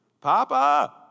Papa